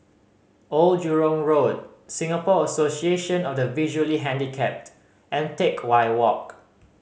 Old Jurong Road Singapore Association of the Visually Handicapped and Teck Whye Walk